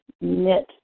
knit